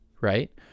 right